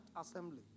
assembly